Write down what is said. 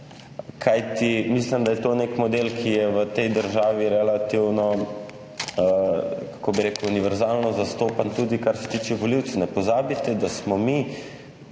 mislim, da je to nek model, ki je v tej državi relativno, kako bi rekel, univerzalno zastopan, tudi kar se tiče volivcev. Ne pozabite, da smo mi